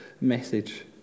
message